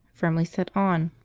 firmly set on,